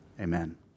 Amen